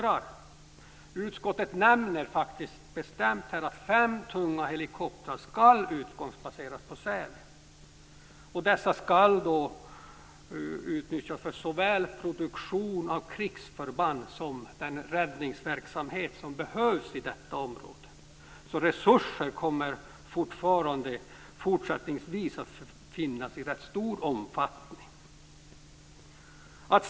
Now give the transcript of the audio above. Utskottet nämner bestämt att fem tunga helikoptrar skall utgångsbaseras vid Säve. Dessa skall utnyttjas för såväl produktion av krigsförband som den räddningsverksamhet som behövs i detta område. Resurser kommer även fortsättningsvis att finnas i rätt stor omfattning.